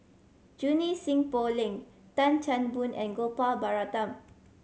Junie Sng Poh Leng Tan Chan Boon and Gopal Baratham